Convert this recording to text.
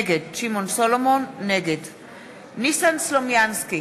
נגד ניסן סלומינסקי,